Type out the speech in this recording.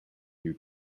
you